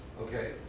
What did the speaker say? Okay